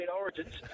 origins